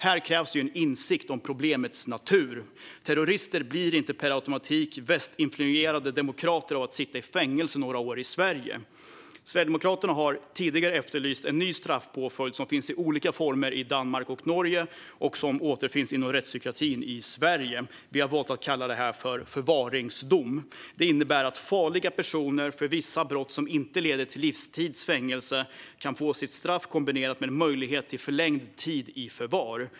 Här krävs en insikt om problemets natur. Terrorister blir inte per automatik västinfluerade demokrater av att sitta i fängelse i Sverige i några år. Sverigedemokraterna har tidigare efterlyst en ny straffpåföljd, som finns i olika former i Danmark och Norge och som i Sverige återfinns inom rättspsykiatrin. Vi har valt att kalla det för förvaringsdom. Det innebär att farliga personer, när det gäller vissa brott som inte leder till livstids fängelse, kan få sitt straff kombinerat med en möjlighet till förlängd tid i förvar.